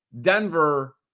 Denver